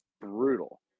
brutal